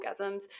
orgasms